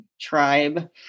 tribe